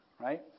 right